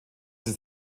ist